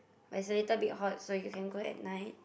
but Seletar a bit hot so you can go at night